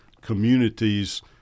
communities